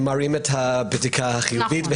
הם מראים את הבדיקה החיובית.